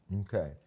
Okay